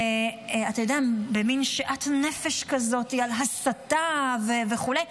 ואתה יודע, במין שאט נפש כזה על הסתה וכו'.